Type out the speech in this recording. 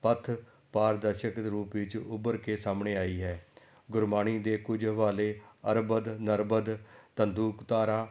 ਪੱਥ ਪਾਰਦਰਸ਼ਕ ਦੇ ਰੂਪ ਵਿੱਚ ਉੱਭਰ ਕੇ ਸਾਹਮਣੇ ਆਈ ਹੈ ਗੁਰਬਾਣੀ ਦੇ ਕੁਝ ਹਵਾਲੇ ਅਰਬਦ ਨਰਬਦ ਤੰਦੂਕਧਾਰਾ